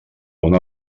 una